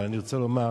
אבל אני רוצה לומר,